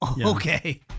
Okay